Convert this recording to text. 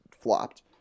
flopped